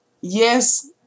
Yes